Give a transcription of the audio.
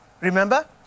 remember